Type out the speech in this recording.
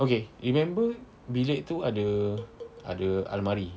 okay remember bilik tu ada ada almari